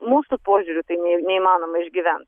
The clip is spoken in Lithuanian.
mūsų požiūriu tai ne neįmanoma išgyvent